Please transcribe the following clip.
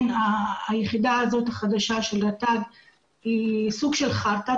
היחידה החדשה של רט"ג היא סוג של חרטא,